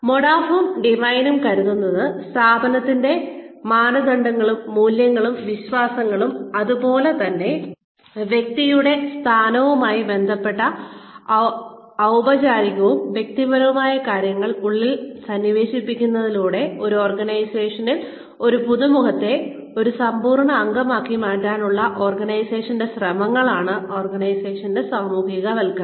മൊഡാഫും ഡിവൈനും കരുതുന്നത് സ്ഥാപനത്തിന്റെ മാനദണ്ഡങ്ങളും മൂല്യങ്ങളും വിശ്വാസങ്ങളും അതുപോലെ തന്നെ വ്യക്തിയുടെ സ്ഥാനവുമായി ബന്ധപ്പെട്ട ഔപചാരികവും വ്യക്തിപരവുമായ ആവശ്യങ്ങൾ ഉള്ളിൽ സന്നിവേശിപ്പിക്കുന്നതിലൂടെ ഒരു ഓർഗനൈസേഷനിൽ ഒരു പുതുമുഖത്തെ ഒരു സമ്പൂർണ്ണ അംഗമാക്കി മാറ്റാനുള്ള ഓർഗനൈസേഷൻന്റെ ശ്രമങ്ങളാണ് ഓർഗനൈസേഷൻന്റെ സാമൂഹികവൽക്കരണം